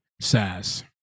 says